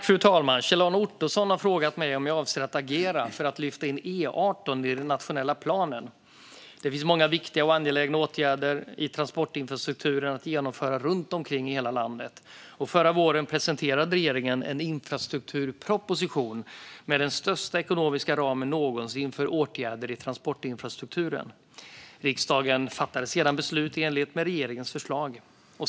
Fru talman! har frågat mig om jag avser att agera för att lyfta in E18 i den nationella planen. Det finns många viktiga och angelägna åtgärder i transportinfrastrukturen att genomföra runt omkring i hela landet. Förra våren presenterade regeringen en infrastrukturproposition med den största ekonomiska ramen någonsin för åtgärder i transportinfrastrukturen. Riksdagen fattade sedan beslut i enlighet med regeringens förslag.